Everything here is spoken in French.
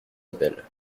appel